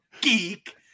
geek